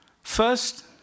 First